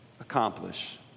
accomplish